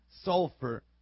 sulfur